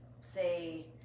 say